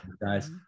guys